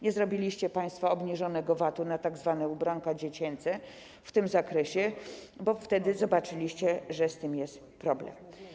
Nie zrobiliście państwo obniżonego VAT-u na tzw. ubranka dziecięce w tym zakresie, bo wtedy zobaczyliście, że z tym jest problem.